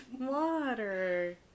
Water